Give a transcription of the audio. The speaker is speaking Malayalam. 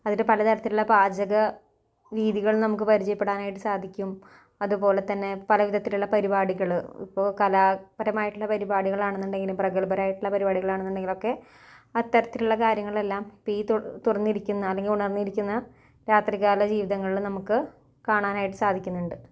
അതിൻ്റെ പല തരത്തിലുള്ള പാചക രീതികൾ നമുക്ക് പരിചയപ്പെടാനായിട്ട് സാധിക്കും അതുപോലെ തന്നെ പല വിധത്തിലൊള്ള പരിപാടികൾ ഇപ്പോൾ കലാപരമായിട്ടുള്ള പരിപാടികളാണെന്നുണ്ടെങ്കിലും പ്രഗത്ഭരായിട്ടുള്ള പരിപാടികളാണെന്നുണ്ടെങ്കിലും ഒക്കെ അത്തരത്തിലുള്ള കാര്യങ്ങളെല്ലാം ഈ തു തുറന്നിരിക്കുന്ന അല്ലെങ്കിൽ ഉണർന്നിരിക്കുന്ന രാത്രികാല ജീവിതങ്ങളിൽ നമുക്ക് കാണാനായിട്ട് സാധിക്കുന്നുണ്ട്